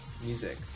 music